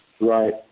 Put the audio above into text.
Right